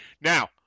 Now